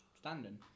standing